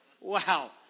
Wow